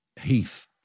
Heath